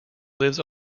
lives